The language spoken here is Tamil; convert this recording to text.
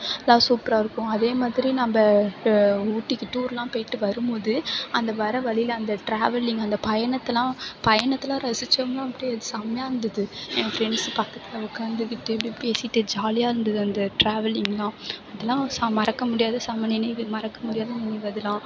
அதல்லாம் சூப்பராக இருக்கும் அதே மாதிரி நம்ம ஊட்டிக்கு டூர்லாம் போய்ட்டு வரும்போது அந்த வர வழியில அந்த ட்ராவலிங் அந்த பயணத்தைல்லாம் பயணத்தைல்லாம் ரசித்தோம்னா அப்படியே செம்மையா இருந்தது என் ஃப்ரெண்ட்ஸ் பக்கத்தில் உட்காந்துக்கிட்டு இப்படி பேசிட்டு ஜாலியாக இருந்தது அந்த ட்ராவலிங்குலாம் அதலாம் செ மறக்க முடியாத செம்ம நினைவு மறக்க முடியாத நினைவு அதலாம்